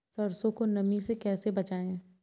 सरसो को नमी से कैसे बचाएं?